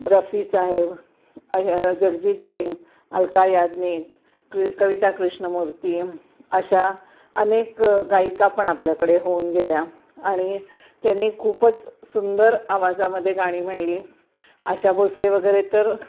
रफी साहेब जगजीतसिंग अल्का याज्ञिक क कविता कृष्णमूर्ती अशा अनेक गायिका पण आपल्याकडे होऊन गेल्या आणि त्यांनी खूपच सुंदर आवाजामध्ये गाणी म्हटली आशा भोसले वगैरे तर